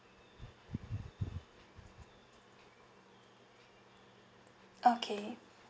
okay